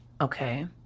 Okay